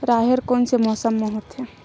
राहेर कोन से मौसम म होथे?